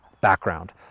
background